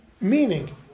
Meaning